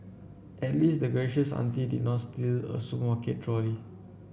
at least the gracious auntie did not steal a supermarket trolley